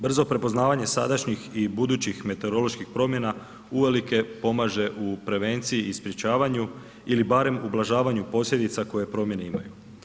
Brzo prepoznavanje sadašnjih i budućih meteoroloških promjena uvelike pomaže u prevenciji i sprječavanju ili barem ublažavanju posljedica koje promjene imaju.